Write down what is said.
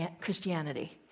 Christianity